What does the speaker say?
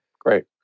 Great